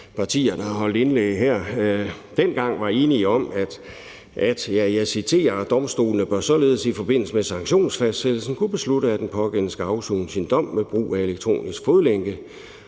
år siden i fuldstændig enighed kunne skrive, og jeg citerer, at domstolene således i forbindelse med sanktionsfastsættelsen bør kunne beslutte, at den pågældende skal afsone sin dom med brug af elektronisk fodlænke.